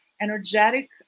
energetic